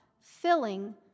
filling